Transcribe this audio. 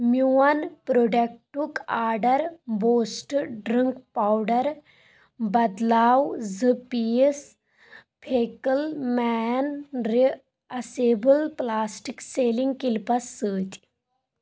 میون پروڈکٹُک order boost drink powder بدلاو زٕ پیٖس فیکل مین ری اسیبٕل پلاسٹِک سلینٛگ کلِپس سٟتۍ